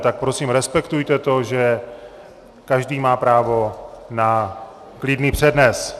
Tak prosím respektuje to, že každý má právo na klidný přednes.